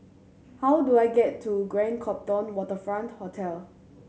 how do I get to Grand Copthorne Waterfront Hotel